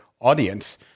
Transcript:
audience